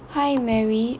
hi mary